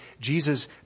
Jesus